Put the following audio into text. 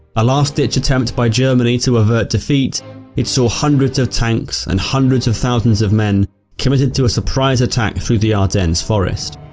a last-ditch attempt by germany to avert defeat it saw hundreds of tanks and hundreds of thousands of men committed to a surprise attack through the ardennes forest.